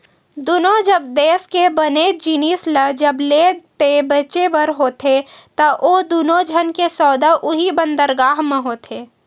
दुनों जब देस के बने जिनिस ल जब लेय ते बेचें बर होथे ता ओ दुनों झन के सौदा उहीं बंदरगाह म होथे